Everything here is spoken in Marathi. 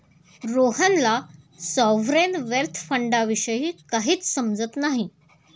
रोहनला सॉव्हरेन वेल्थ फंडाविषयी काहीच समजत नाही